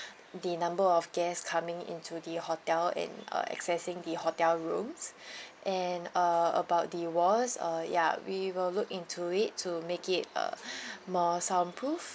the number of guest coming into the hotel in uh accessing the hotel rooms and uh about the walls uh ya we will look into it to make it uh more soundproof